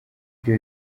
byo